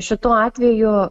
šituo atveju